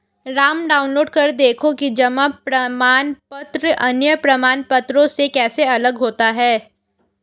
Ram download कर देखो कि जमा प्रमाण पत्र अन्य प्रमाण पत्रों से कैसे अलग होता है?